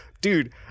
dude